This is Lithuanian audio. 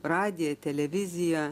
radiją televiziją